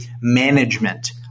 management